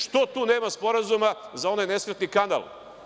Što tu nema sporazuma za onaj nesretni kanal?